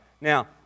Now